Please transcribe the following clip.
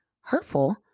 hurtful